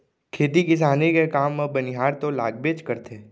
खेती किसानी के काम म बनिहार तो लागबेच करथे